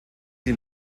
die